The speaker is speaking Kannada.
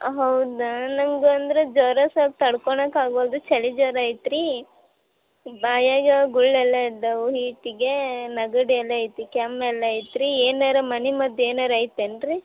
ಹಾಂ ಹೌದಾ ನಂಗೆ ಅಂದರೆ ಜ್ವರ ಸ್ವಲ್ಪ ತಡ್ಕೊಳೊಕ್ ಆಗೋಲ್ದು ಚಳಿ ಜ್ವರ ಐತಿ ರೀ ಬಾಯಾಗೆ ಗುಳ್ಳೆ ಎಲ್ಲ ಎದ್ದಾವು ಹೀಟಿಗೇ ನೆಗಡಿ ಎಲ್ಲ ಐತಿ ಕೆಮ್ಮು ಎಲ್ಲ ಐತಿ ರೀ ಏನಾರ ಮನೆ ಮದ್ದು ಏನಾರ ಐತಿ ಏನ್ರಿ